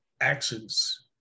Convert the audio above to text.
actions